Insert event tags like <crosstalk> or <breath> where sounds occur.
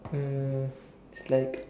um <breath> it's like